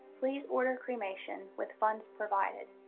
please order cremation with funds provided.